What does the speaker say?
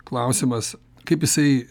klausimas kaip jisai